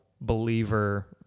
believer